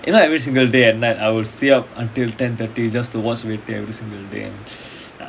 you know every single day and night I would stay up until ten thirty just to watch every single day